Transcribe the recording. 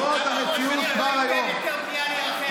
זאת המציאות כבר היום.